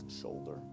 shoulder